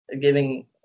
giving